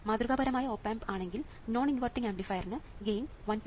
മാതൃകാപരമായ op amp ആണെങ്കിൽ non inverting ആംപ്ലിഫയറിന് ഗെയിൻ 1 R2R1 ആയിരിക്കും